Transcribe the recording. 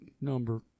number